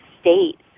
state